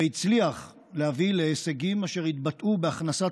והצליח להביא להישגים אשר התבטאו בהכנסת